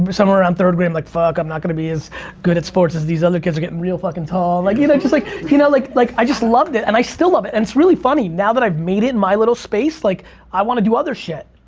somewhere around third grade, i'm like, fuck i'm not gonna be as good at sports as these other kids are getting real fucking tall. like you know, just like you know like like i just loved it and i still love it. and it's really funny now that i've made it in my little space like i wanna do other shit.